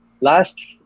Last